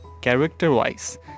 Character-wise